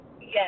Yes